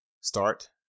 start